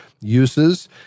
uses